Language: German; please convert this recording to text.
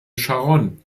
scharon